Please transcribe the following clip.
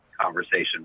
conversation